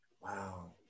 Wow